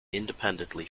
independently